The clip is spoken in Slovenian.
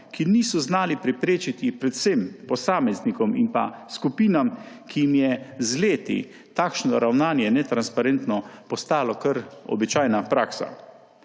ki niso znali preprečiti predvsem posameznikom in pa skupinam, ki jim je z leti takšno ravnanje, netransparentno, postalo kar običajna praksa.